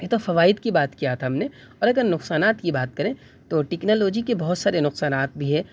یہ تو فوائد کی بات کیا تھا ہم نے اور اگر نقصانات کی بات کریں تو ٹیکنالوجی کے بہت سارے نقصانات بھی ہے